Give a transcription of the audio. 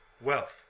wealth